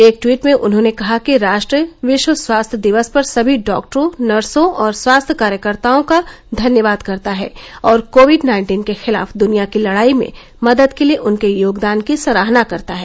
एक ट्वीट में उन्होंने कहा कि राष्ट्र विश्व स्वास्थ्य दिवस पर सभी डॉक्टरों नर्सों और स्वास्थ्य कार्यकर्ताओं का धन्यवाद करता है और कोविड नाइन्टीन के खिलाफ दुनिया की लड़ाई में मदद के लिए उनके योगदान की सराहना करता है